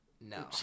No